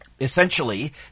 Essentially